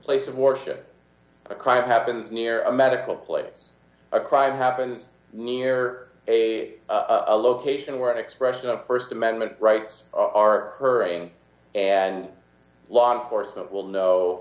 place of worship a crime happens near a medical place a crime happens near a a location where an expression of st amendment rights are purring and law enforcement